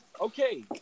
okay